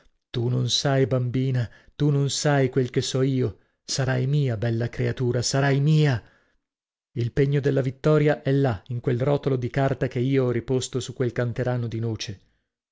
tu non sai bambina tu non sai quel che so io sarai mia bella creatura sarai mia il pegno della vittoria è là in quel rotolo di carta che io ho riposto su quel canterano di noce